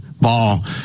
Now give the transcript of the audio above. ball